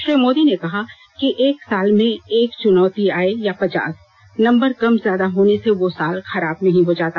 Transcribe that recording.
श्री मोदी ने कहा कि एक साल में एक चुनौती आये या पचास नंबर कम ज्यादा होने से वो साल खराब नहीं हो जाता